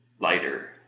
lighter